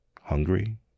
hungry